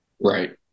right